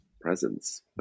presence